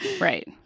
Right